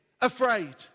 afraid